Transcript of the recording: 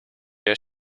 der